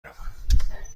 روم